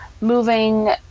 moving